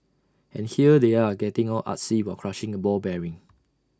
and here they are getting all artsy while crushing A ball bearing